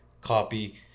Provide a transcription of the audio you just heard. copy